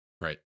Right